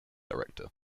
director